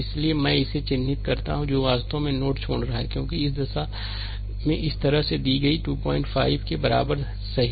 इसलिए मैं इसे यहां चिह्नित करता हूं जो वास्तव में नोड छोड़ रहा है क्योंकि दिशा इस तरह से दी गई है सही 25 के बराबर है सही